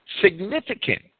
significant